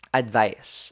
advice